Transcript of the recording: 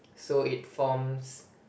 so it forms